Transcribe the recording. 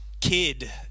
kid